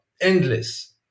endless